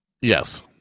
Yes